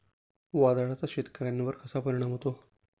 वादळाचा शेतकऱ्यांवर कसा परिणाम होतो?